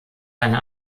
eine